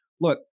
look